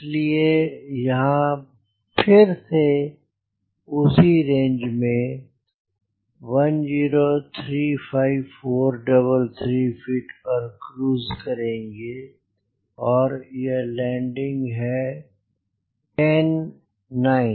इसलिए यहाँ फिर से उसी रेंज 1035433 फ़ीट पर क्रूज करेंगे और यह लैंडिंग है 10 9